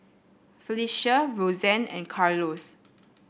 Felecia Rosanne and Carlos